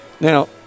Now